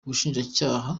ubushinjacyaha